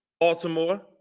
Baltimore